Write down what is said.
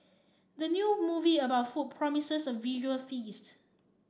the new movie about food promises a visual feast